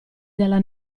dalla